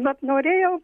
vat norėjau